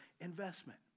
investment